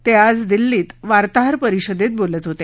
ते आज दिल्लीत वार्ताहर परिषदेत बोलत होते